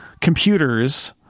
computers